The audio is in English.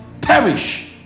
perish